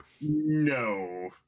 No